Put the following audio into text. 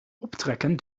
optrekken